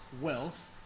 wealth